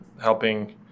helping